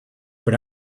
but